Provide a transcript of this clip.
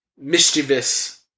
mischievous